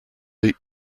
eat